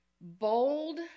bold